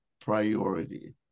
priority